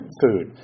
food